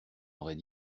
aurait